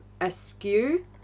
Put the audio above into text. askew